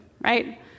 right